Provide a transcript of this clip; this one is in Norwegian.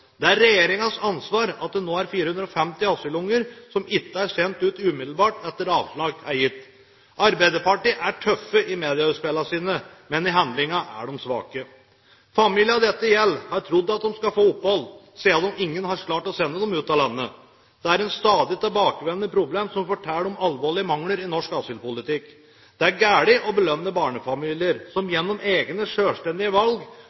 Det er regjeringens ansvar at det nå er 450 asylunger som ikke er sendt ut umiddelbart etter at avslag er gitt. Arbeiderpartiet er tøff i medieutspillene sine, men i handling er de svake. Familiene dette gjelder, har trodd at de skal få opphold, siden ingen har greid å sende dem ut av landet. Det er et stadig tilbakevendende problem, som forteller om alvorlige mangler i norsk asylpolitikk. Det er galt å belønne barnefamilier som gjennom egne, selvstendige valg